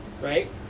right